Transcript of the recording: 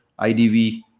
idv